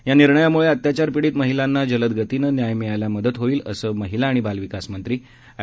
या निर्णयामुळे अत्याचारपीडित महिलांना जलद गतीनं न्याय मिळायला मदत होईल असं महिला आणि बालविकास मंत्री एड